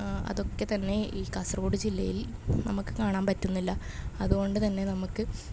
അതൊക്കെ തന്നെ ഈ കാസർഗോഡ് ജില്ലയിൽ നമുക്ക് കാണാമ്പറ്റുന്നില്ല അതുകൊണ്ട് തന്നെ നമുക്ക്